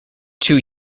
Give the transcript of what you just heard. two